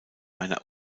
einer